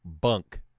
bunk